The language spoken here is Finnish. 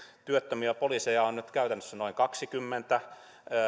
työttömiä poliiseja on nyt käytännössä noin kaksikymmentä